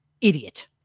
Idiot